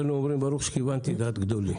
כן.